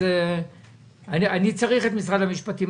אני צריך את משרד המשפטים,